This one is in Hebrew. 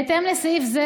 בהתאם לסעיף זה,